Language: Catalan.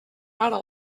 para